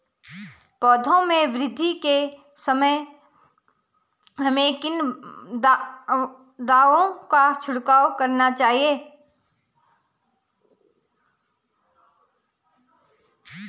पौधों में वृद्धि के समय हमें किन दावों का छिड़काव करना चाहिए?